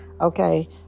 Okay